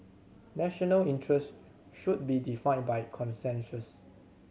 national interest should be defined by consensus